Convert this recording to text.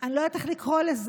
אני לא יודעת איך לקרוא לזה,